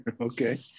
Okay